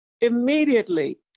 Immediately